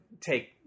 take